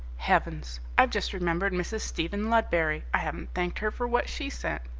heavens! i've just remembered mrs. stephen ludberry. i haven't thanked her for what she sent.